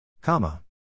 Comma